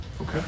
Okay